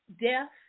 death